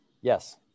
Yes